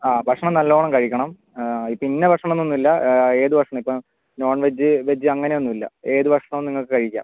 ആ ഭക്ഷണം നല്ലോണം കഴിക്കണം ഇപ്പോൾ ഇന്ന ഭക്ഷണോന്നൊന്നും ഇല്ല ഏത് ഭക്ഷണം ഇപ്പം നോൺ വെജ് വെജ് അങ്ങനെയൊന്നും ഇല്ല ഏത് ഭക്ഷണോം നിങ്ങൾക്ക് കഴിക്കാം